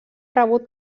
rebut